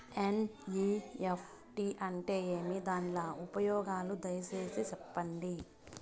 NEFT అంటే ఏమి? దాని ఉపయోగాలు దయసేసి సెప్పండి?